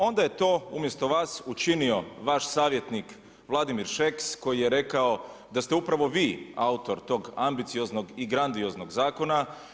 Onda je to umjesto vas učinio vaš savjetnik Vladimir Šeks, koji je rekao, da ste upravo vi autor tog ambicioznog i grandioznog zakona.